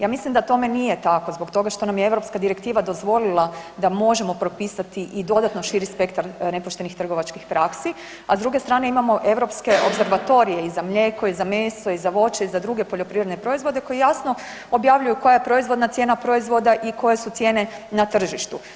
Ja mislim da tome nije tako zbog toga što nam je europska direktiva dozvolila da možemo propisati i dodatno širi spektar nepoštenih trgovačkih praksi, a s druge strane, imamo europske opservatorije i za mlijeko i za meso i za voće i za druge poljoprivredne proizvode koji jasno objavljuju koja je proizvodna cijena proizvoda i koje su cijene na tržištu.